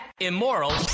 immoral